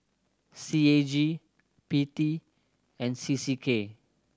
C A G P T and C C K